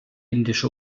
indische